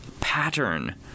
pattern